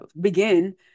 begin